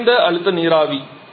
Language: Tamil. இது குறைந்த அழுத்த நீராவி